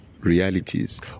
realities